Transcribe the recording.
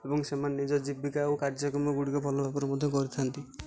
ଏବଂ ସେମାନେ ନିଜ ଜୀବିକା ଓ କାର୍ଯ୍ୟକ୍ରମ ଗୁଡ଼ିକ ଭଲ ଭାବରେ ମଧ୍ୟ କରିଥାନ୍ତି